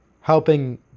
helping